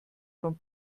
von